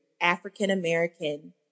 African-American